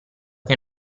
che